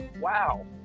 wow